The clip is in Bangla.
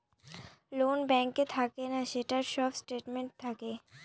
লোন ব্যাঙ্কে থাকে না, সেটার সব স্টেটমেন্ট থাকে